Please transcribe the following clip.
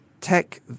tech